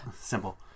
Simple